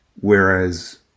whereas